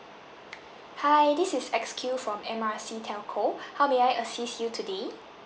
hi this is X Q from M_R_C telco how may I assist you today